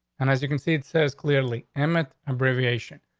and as you can see, it says clearly emmett abbreviation.